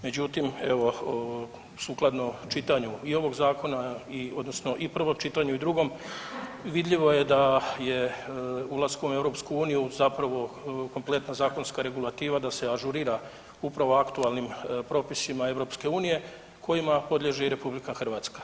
Međutim, evo sukladno čitanju i ovog zakona odnosno i prvom čitanju i drugom vidljivo je da je ulaskom u EU zapravo kompletna zakonska regulativa da se ažurira upravo aktualnim propisima EU kojima podliježe i RH.